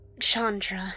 Chandra